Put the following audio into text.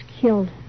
killed